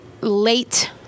late